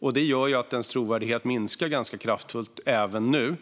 Det gör att Sverigedemokraternas trovärdighet minskar ganska kraftfullt även nu.